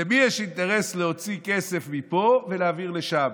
למי יש אינטרס להוציא כסף מפה ולהעביר לשם?